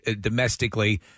domestically